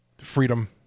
freedom